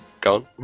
gone